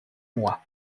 mois